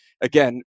again